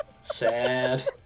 Sad